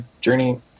journey